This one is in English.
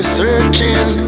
searching